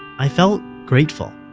i felt grateful.